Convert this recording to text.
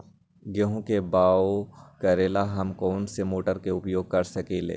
गेंहू के बाओ करेला हम कौन सा मोटर उपयोग कर सकींले?